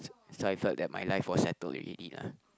so I felt that my life was settled already lah